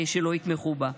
שלא יתמכו בה.